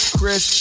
Chris